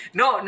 no